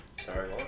sorry